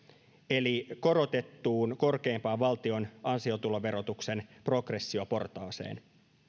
eli korotettuun korkeimpaan valtion ansiotuloverotuksen progressioportaaseen